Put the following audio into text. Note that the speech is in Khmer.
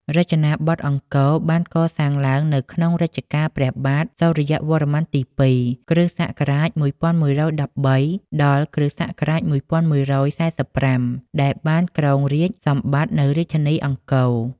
រចនាបថអង្គរបានកសាងឡើងនៅក្នុងរជ្ជកាលព្រះបាទសូរ្យវរ្ម័នទី ២ (គ.ស. ១១១៣ ដល់ គ.ស.១១៤៥) ដែលបានគ្រងរាជ្យសម្បត្តិនៅរាជធានីអង្គរ ។